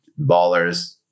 ballers